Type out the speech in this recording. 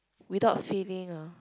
without failing ah